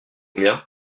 combien